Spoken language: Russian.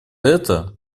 это